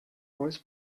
voice